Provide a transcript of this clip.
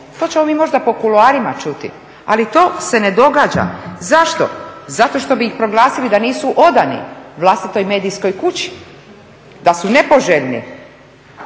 To ćemo mi možda po kuloarima čuti, ali to se ne događa. Zašto? Zato što bi ih proglasili da nisu odani vlastitoj medijskoj kući, da su nepoželjni,